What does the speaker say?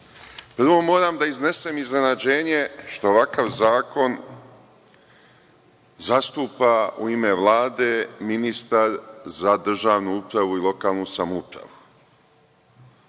reči. Prvo moram da iznesem iznenađenje što ovakav zakon zastupa u ime Vlade ministar za državnu upravu i lokalnu samoupravu.